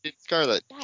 Scarlet